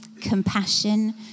Compassion